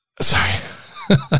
Sorry